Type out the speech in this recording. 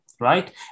right